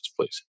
please